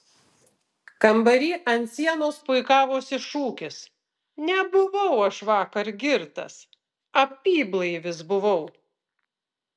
kambary ant sienos puikavosi šūkis nebuvau aš vakar girtas apyblaivis buvau